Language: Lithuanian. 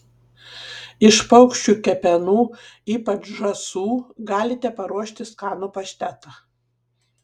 iš paukščių kepenų ypač žąsų galite paruošti skanų paštetą